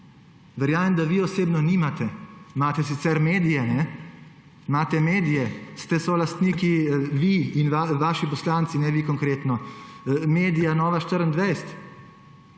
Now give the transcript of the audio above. Verjamem, da vi osebno nimate, imate sicer medije, ste solastniki, vi in vaši poslanci, ne vi konkretno, medija Nova 24